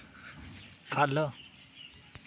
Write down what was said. ख'ल्ल